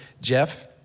Jeff